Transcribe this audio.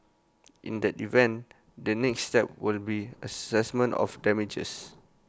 in that event the next step will be Assessment of damages